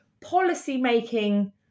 policy-making